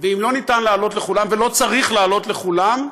ואם לא ניתן להעלות לכולם, ולא צריך להעלות לכולם,